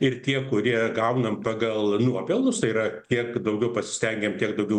ir tie kurie gaunam pagal nuopelnus yra kiek daugiau pasistengiam tiek daugiau